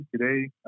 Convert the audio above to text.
today